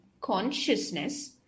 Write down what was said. consciousness